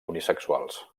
unisexuals